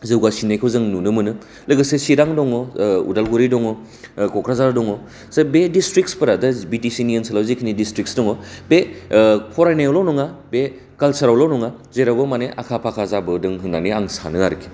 जौगासिनायखौ जों नुनो मोनो लोगोसे चिरां दं उदागुरि दं क'क्राझार दं स' बे डिस्ट्रिकफोरा दा बिटिसिनि ओनसोलाव जिखिनि डिस्ट्रिकस दं बे फरायनायावल' नङा बे काल्चारावल' नङा जेरावबो माने आखा फाखा जोबोदों होन्नानै आं सानो आरोखि